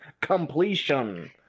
completion